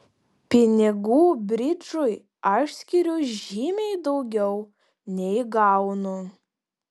pinigų bridžui aš skiriu žymiai daugiau nei gaunu